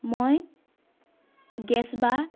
মই গেছ বা